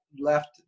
left